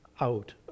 out